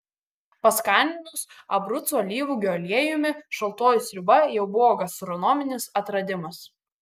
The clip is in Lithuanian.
paskaninus abrucų alyvuogių aliejumi šaltoji sriuba jau buvo gastronominis atradimas